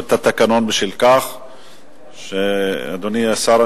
בשל כך שינינו את התקנון.